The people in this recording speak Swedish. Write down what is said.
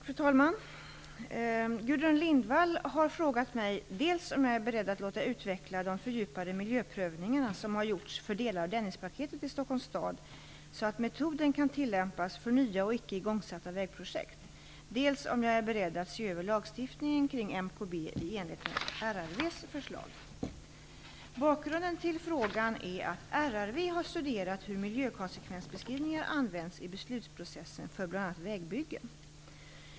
Fru talman! Gudrun Lindvall har frågat mig dels om jag är beredd att låta utveckla de fördjupade miljöprövningarna som har gjorts för delar av Dennispaketet i Stockholms stad så att metoden kan tillämpas för nya och icke igångsatta vägprojekt, dels om jag är beredd att se över lagstiftningen kring MKB i enlighet med RRV:s förslag. Bakgrunden till frågan är att RRV har studerat hur miljökonsekvensbeskrivningar används i beslutsprocessen för bl.a. vägbyggen.